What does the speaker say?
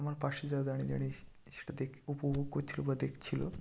আমার পাশে যারা দাঁড়িয়ে দাঁড়িয়ে সে সেটা দেখ উপভোগ করছিল বা দেখছিলো